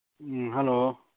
ꯎꯝ hello